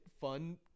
fun